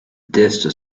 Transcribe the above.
teste